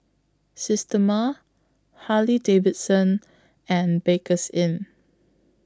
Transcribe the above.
Systema Harley Davidson and